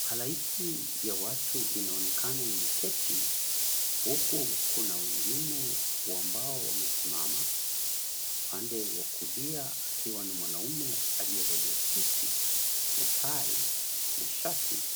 Halaiki ya watu inaonekana imeketi huku kuna wengine ambao wamesimama, upande wa kulia akiwa ni mwanamume aliyevalia suti na tai na shati,